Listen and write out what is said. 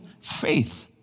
faith